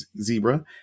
zebra